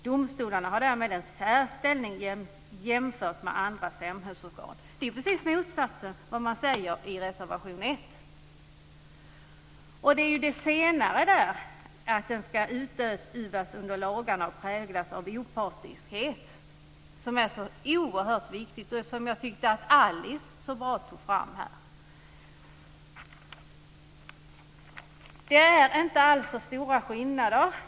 Domstolarna har därmed en särställning jämfört med andra samhällsorgan." Det är precis motsatsen till vad man säger i reservation 1. Det är det senare, att den ska utövas under lagarna och präglas av opartiskhet, som är så oerhört viktigt och som jag tyckte att Alice tog fram så bra här. Det är inte alltför stora skillnader.